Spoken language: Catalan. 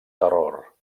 terror